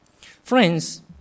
Friends